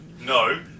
No